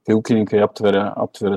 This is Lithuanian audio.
tie ūkininkai aptveria aptveria